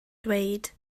dweud